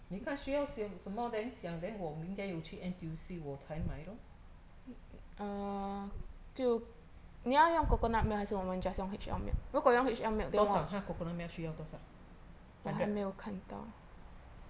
你看需要些什么 then 想 then 我明天有去 N_T_U_C 我才买 lor 多少它 coconut milk 需要多少 hundred